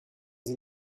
sie